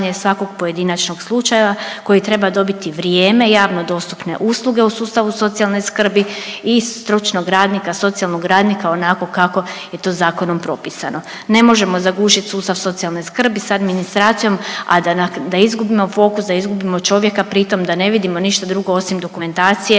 svakog pojedinačnog slučaja koji treba dobiti vrijeme, javno dostupne usluge u sustavu socijalne skrbi i stručnog radnika, socijalnog radnika onako kako je to zakonom propisano. Ne možemo zagušit sustav socijalne skrbi sa administracijom, a da izgubimo fokus, da izgubimo čovjeka pritom da ne vidimo ništa drugo osim dokumentacije